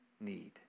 need